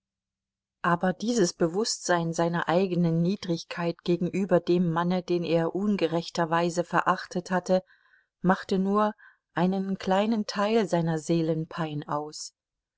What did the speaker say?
aber dieses bewußtsein seiner eigenen niedrigkeit gegenüber dem manne den er ungerechterweise verachtet hatte machte nur einen kleinen teil seiner seelenpein aus